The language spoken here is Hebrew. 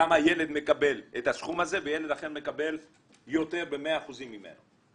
למה ילד מקבל את הסכום הזה וילד אחר מקבל יותר ב-100% ממנו?